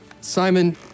Simon